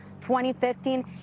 2015